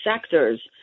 sectors